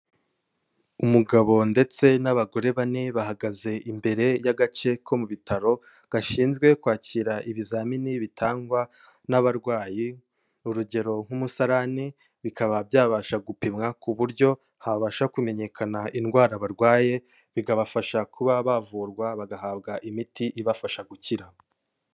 Umugabo ndetse n'abagore bane bahagaze imbere y'agace ko mu bitaro gashinzwe kwakira ibizamini bitangwa n'abarwayi, urugero nk'umusarani, bikaba byabasha gupimwa ku buryo habasha kumenyekana indwara barwaye, bikabafasha kuba bavurwa bagahabwa imiti ibafasha gukira.